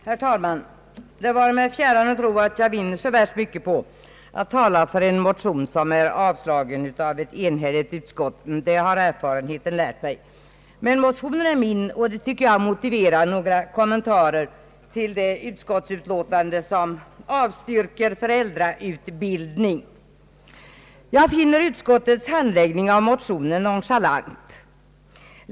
Herr talman! Det vare mig fjärran att tro att jag vinner så mycket på att tala för en motion som är avslagen av ett enhälligt utskott. Erfarenheten har lärt mig, att detta inte är mycket värt. Men motionen är min, och det motiverar enligt min uppfattning några kommentarer till det utskottsutlåtande som avstyrker föräldrautbildning. Jag finner utskottets handläggning av motionen nonchalant.